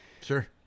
sure